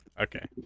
Okay